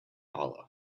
hollow